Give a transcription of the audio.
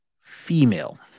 female